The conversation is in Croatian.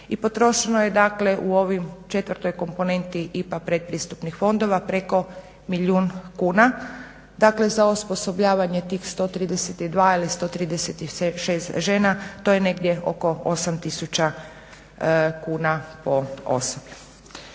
dakle sada u ovim četvrtoj komponenti IPARD predpristupnih fondova preko milijun kuna dakle za osposobljavanje tih 132 ili 136 žena. To je negdje oko 8 tisuća kuna po osobi.